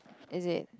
is it